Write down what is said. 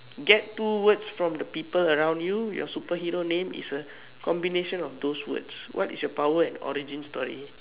get two words from the people around you your superhero name is a combination of those words what is your power and origin story